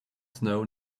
snow